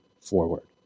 forward